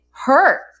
Hurt